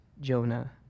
Jonah